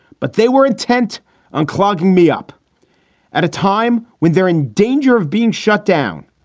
but they were intent on clogging me up at a time when they're in danger of being shut down.